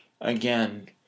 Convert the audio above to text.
again